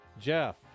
Jeff